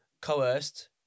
coerced